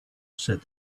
said